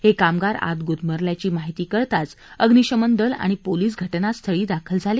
हे कामगार आत गुदमरल्याची माहिती कळताच अभ्निशमन दल आणि पोलिस घटनास्थळी दाखल झाले